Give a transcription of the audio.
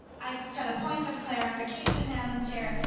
i just had a point of clarification, madam chair.